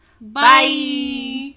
Bye